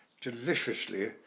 deliciously